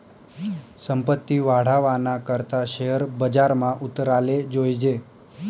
संपत्ती वाढावाना करता शेअर बजारमा उतराले जोयजे